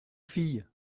fille